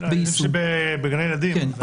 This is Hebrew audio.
הילדים שלי בגני ילדים.